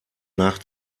nach